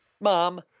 Mom